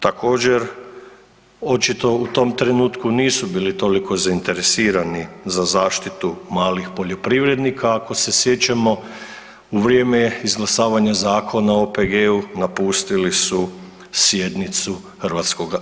Također, očito u tom trenutku nisu bili toliko zainteresirani za zaštitu malih poljoprivrednika ako se sjećamo u vrijeme izglasavanja Zakona o OPG-u napustili su sjednicu HS.